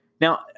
Now